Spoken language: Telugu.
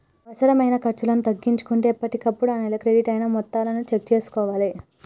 అనవసరమైన ఖర్చులను తగ్గించుకుంటూ ఎప్పటికప్పుడు ఆ నెల క్రెడిట్ అయిన మొత్తాలను చెక్ చేసుకోవాలే